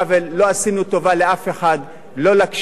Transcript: לא עשינו טובה לאף אחד, לא לקשישים